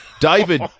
David